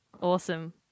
Awesome